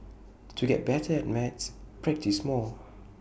to get better at maths practise more